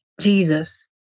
Jesus